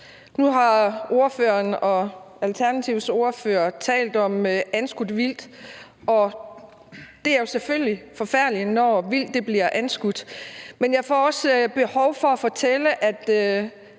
og Alternativets ordfører talt om anskudt vildt, og det er selvfølgelig forfærdeligt, når vildt bliver anskudt. Men jeg har også behov for at fortælle, at